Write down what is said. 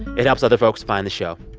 it helps other folks find the show.